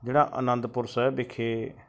ਜਿਹੜਾ ਅਨੰਦਪੁਰ ਸਾਹਿਬ ਵਿਖੇ